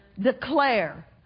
Declare